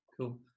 Cool